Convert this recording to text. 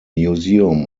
museum